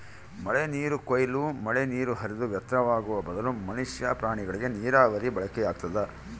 ಮಳೆನೀರು ಕೊಯ್ಲು ಮಳೆನೀರು ಹರಿದು ವ್ಯರ್ಥವಾಗುವ ಬದಲು ಮನುಷ್ಯ ಪ್ರಾಣಿಗಳಿಗೆ ನೀರಾವರಿಗೆ ಬಳಕೆಯಾಗ್ತದ